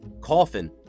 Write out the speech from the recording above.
coffin